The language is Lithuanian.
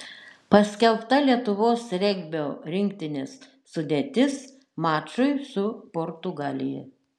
paskelbta lietuvos regbio rinktinės sudėtis mačui su portugalija